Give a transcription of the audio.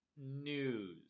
news